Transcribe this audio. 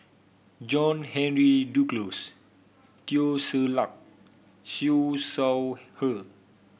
John Henry Duclos Teo Ser Luck Siew Shaw Her